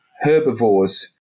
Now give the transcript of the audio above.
herbivores